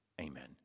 Amen